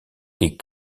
les